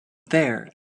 there